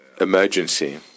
emergency